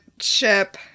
ship